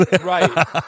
Right